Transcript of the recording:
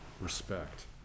respect